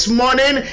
morning